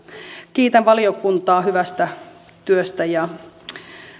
kiitän valiokuntaa hyvästä työstä ja